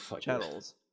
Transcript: channels